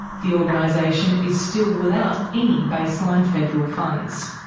the organisation is still without any baseline federal funds.